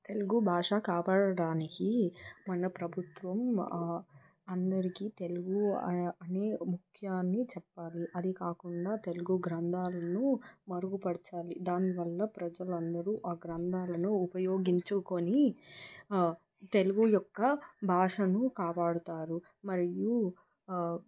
తెలుగు భాష కాపాడడానికి మన ప్రభుత్వం అందరికి తెలుగు అనే అనే ముఖ్యాన్ని చెప్పాలి అది కాకుండా తెలుగు గ్రంధాలను మెరుగు పరచాలి దాని వల్ల ప్రజలందరు ఆ గ్రంధాలను ఉపయోగించుకొని తెలుగు యొక్క భాషను కాపాడతారు మరియు